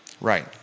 Right